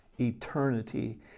eternity